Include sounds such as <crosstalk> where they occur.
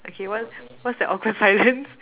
okay what what's the awkward silence <laughs>